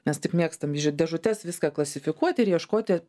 mes taip mėgstam dėžutes viską klasifikuoti ir ieškoti